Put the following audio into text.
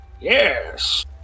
Yes